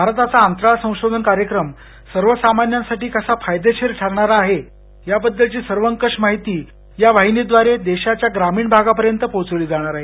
भारताचा अंतराळ संशोधन कार्यक्रम सर्वसामान्यांसाठी कसा फायदेशीर ठरणार आहे याबद्दलची सर्वकष माहिती या वाहिनीद्वारे देशाच्या ग्रामीण भागापर्यंत पोचवली जाणार आहे